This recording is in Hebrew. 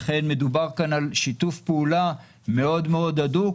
ולכן מדובר כאן על שיתוף פעולה מאוד מאוד הדוק,